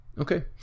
Okay